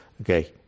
okay